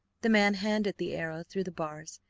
the man handed the arrow through the bars,